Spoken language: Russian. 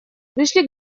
пришли